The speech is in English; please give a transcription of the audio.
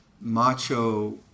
macho